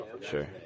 Sure